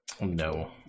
no